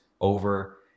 over